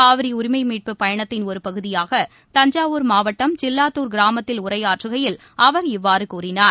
காவிரிஉரிமைமீட்புப் பயணத்தின் ஒருபகுதியாக தஞ்சாவூர் மாவட்டம் சில்லாத்தூர் கிராமத்தில் உரையாற்றுகையில் அவர் இவ்வாறுகூறினார்